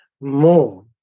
more